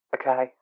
Okay